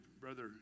Brother